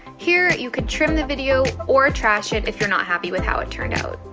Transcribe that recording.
here you could trim the video or trash it if you're not happy with how it turned out.